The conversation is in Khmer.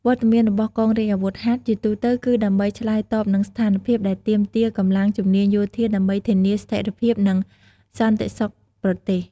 វត្តមានរបស់កងរាជអាវុធហត្ថជាទូទៅគឺដើម្បីឆ្លើយតបនឹងស្ថានភាពដែលទាមទារកម្លាំងជំនាញយោធាដើម្បីធានាស្ថេរភាពនិងសន្តិសុខប្រទេស។